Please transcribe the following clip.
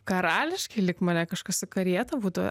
karališkai lyg mane kažkas į karietą būtų